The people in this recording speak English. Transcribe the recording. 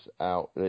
out